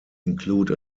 include